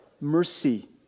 mercy